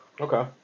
Okay